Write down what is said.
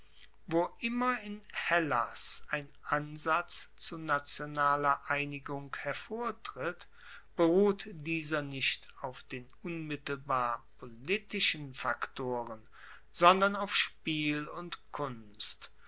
wo immer in hellas ein ansatz zu nationaler einigung hervortritt beruht dieser nicht auf den unmittelbar politischen faktoren sondern auf spiel und kunst